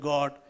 God